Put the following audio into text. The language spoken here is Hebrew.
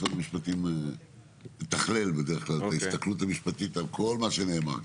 משרד המשפטים מתכלל בדרך כלל את ההסתכלות המשפטית על כל מה שנאמר כאן.